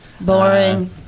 Boring